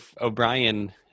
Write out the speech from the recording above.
O'Brien